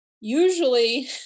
usually